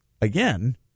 again